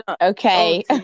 Okay